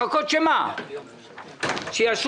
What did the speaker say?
לחכות שמה, שיאשרו?